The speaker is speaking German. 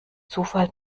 zufall